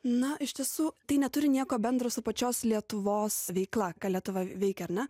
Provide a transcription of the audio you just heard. na iš tiesų tai neturi nieko bendro su pačios lietuvos veikla ką lietuva veikia ar ne